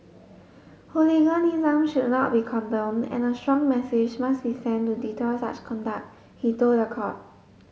hooliganism should not be condoned and a strong message must be sent to deter such conduct he told the court